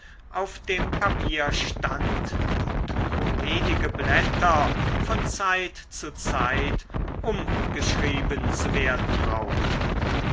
auf dem papier stand und nur wenige blätter von zeit zu zeit umgeschrieben zu werden brauchten